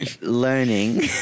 learning